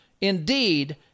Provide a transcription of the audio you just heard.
Indeed